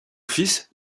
fils